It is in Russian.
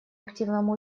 активному